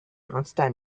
understand